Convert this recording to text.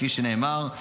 כפי שנאמר.